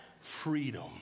freedom